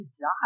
die